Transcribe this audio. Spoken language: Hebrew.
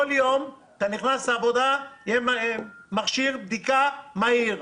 כל יום אתה נכנס לעבודה, יהיה מכשיר בדיקה מהיר,